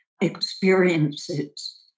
experiences